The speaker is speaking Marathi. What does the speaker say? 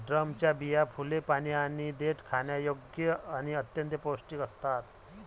ड्रमच्या बिया, फुले, पाने आणि देठ खाण्यायोग्य आणि अत्यंत पौष्टिक असतात